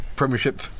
premiership